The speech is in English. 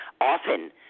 often